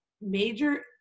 major